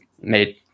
made